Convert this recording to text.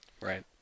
Right